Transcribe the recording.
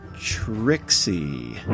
Trixie